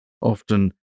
often